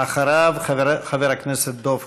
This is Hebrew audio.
תודה לחברת הכנסת מיכל רוזין.